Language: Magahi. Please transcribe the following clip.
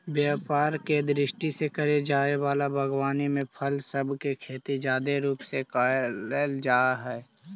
व्यापार के दृष्टि से करे जाए वला बागवानी में फल सब के खेती जादे रूप से कयल जा हई